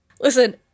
listen